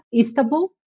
Istanbul